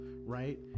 right